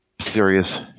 serious